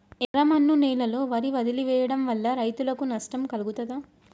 ఎర్రమన్ను నేలలో వరి వదిలివేయడం వల్ల రైతులకు నష్టం కలుగుతదా?